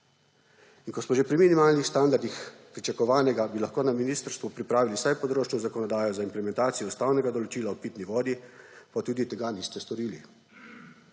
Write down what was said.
In ko smo že pri minimalnih standardih pričakovanega, bi lahko na ministrstvu pripravili vsaj področno zakonodajo za implementacijo ustavnega določila o pitni vodi, pa tudi tega niste storili.